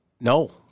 No